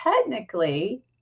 technically